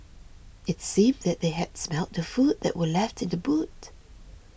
it seemed that they had smelt the food that were left in the boot